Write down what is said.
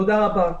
תודה רבה.